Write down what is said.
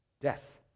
death